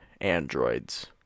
androids